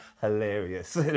hilarious